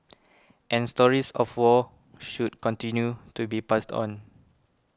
and stories of the war should continue to be passed on